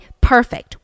perfect